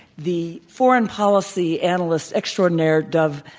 the foreign policy analyst extraordinaire, dov,